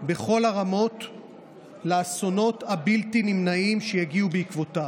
בכל הרמות לאסונות הבלתי-נמנעים שיגיעו בעקבותיו.